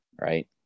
right